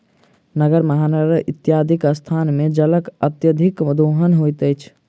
नगर, महानगर इत्यादिक स्थान मे जलक अत्यधिक दोहन होइत अछि